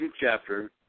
chapter